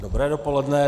Dobré dopoledne.